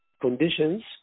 conditions